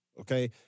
Okay